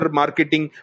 marketing